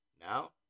Now